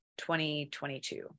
2022